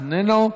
איננו,